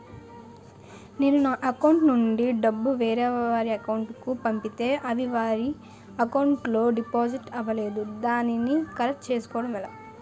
నేను నా అకౌంట్ నుండి డబ్బు వేరే వారి అకౌంట్ కు పంపితే అవి వారి అకౌంట్ లొ డిపాజిట్ అవలేదు దానిని కరెక్ట్ చేసుకోవడం ఎలా?